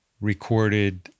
recorded